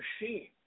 machine